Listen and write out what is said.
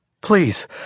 Please